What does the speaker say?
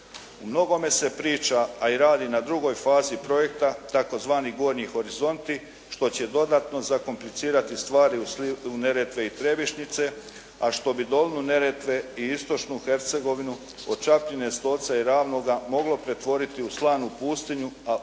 U mnogome se priča a i radi na drugoj fazi projekta tzv. gornji horizonti što će dodatno zakomplicirati stvari u slivu Neretve i Trebišnjice a što bi dolinu Neretve i istočnu Hercegovinu od Čapljine, Stoca i Ravnoga moglo pretvoriti u slanu pustinju a prodor